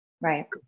Right